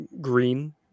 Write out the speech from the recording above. green